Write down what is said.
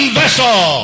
vessel